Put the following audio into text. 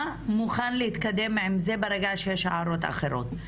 מוכן להתקדם עם זה ברגע שיש הערות אחרות.